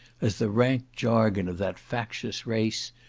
as the rank jargon of that factious race,